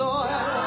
Lord